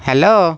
hello